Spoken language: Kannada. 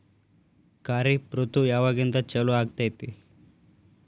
ಖಾರಿಫ್ ಋತು ಯಾವಾಗಿಂದ ಚಾಲು ಆಗ್ತೈತಿ?